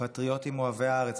פטריוטים אוהבי הארץ.